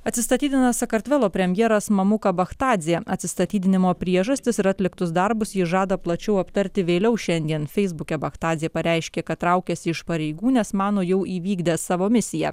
atsistatydina sakartvelo premjeras mamuka bachtadzė atsistatydinimo priežastis ir atliktus darbus jis žada plačiau aptarti vėliau šiandien feisbuke bachtadzė pareiškė kad traukiasi iš pareigų nes mano jau įvykdęs savo misiją